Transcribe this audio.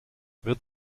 wird